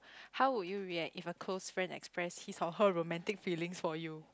how would you react if a close friend express his or her romantic feelings for you